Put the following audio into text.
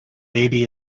baby